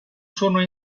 sono